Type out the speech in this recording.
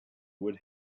with